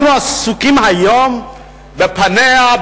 אנחנו עסוקים היום בפניה,